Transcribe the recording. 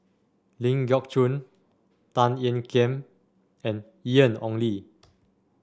Ling Geok Choon Tan Ean Kiam and Ian Ong Li